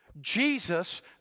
Jesus